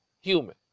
human